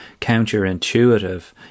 counterintuitive